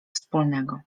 wspólnego